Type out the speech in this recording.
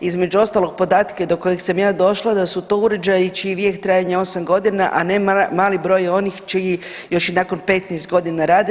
Između ostalog podatke do kojeg sam ja došla da su to uređaji čiji je vijek trajanja osam godina, a ne mali broj onih čiji još i nakon 15 godina rade.